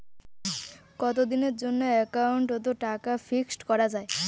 কতদিনের জন্যে একাউন্ট ওত টাকা ফিক্সড করা যায়?